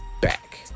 back